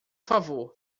favor